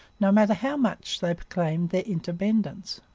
no matter how much they proclaimed their independence.